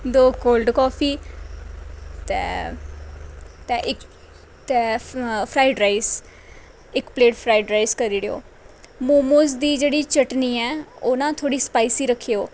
दो cold coffee ते इक फ्राइड राइस इक प्लेट फ्राइड राइस करी औड़ेओ मोमोज दी जेह्ड़ी चटनी ऐ ओह् ना थोह्ड़ी स्पाइसी रखेओ